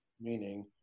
meaning